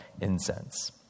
incense